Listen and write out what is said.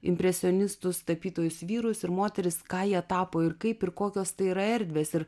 impresionistus tapytojus vyrus ir moteris ką jie tapo ir kaip ir kokios tai yra erdvės ir